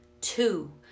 Two